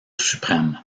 suprême